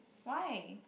why